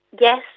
yes